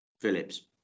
Phillips